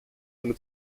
eine